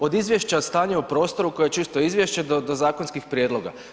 Od Izvješća o stanje u prostoru koje je čisto izvješće do zakonskih prijedloga.